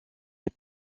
les